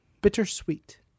bittersweet